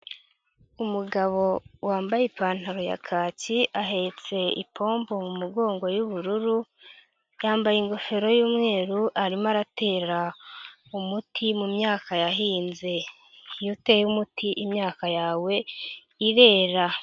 Umugabo wambaye ipantaro ya kaki ahetse ipombo mu mugongo y'ubururu, yambaye ingofero y'umweru arimo aratera umuti mu myaka yahinze. Iyo uteye umuti imyaka yawe irera.